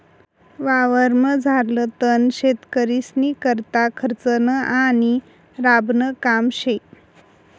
वावरमझारलं तण शेतकरीस्नीकरता खर्चनं आणि राबानं काम शे